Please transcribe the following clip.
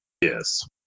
Yes